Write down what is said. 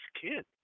kid